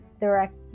direct